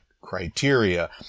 criteria